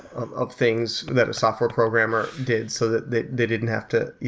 um um things that a software programmer did so that that they didn't have to,